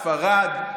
ספרד,